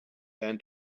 than